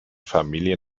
familie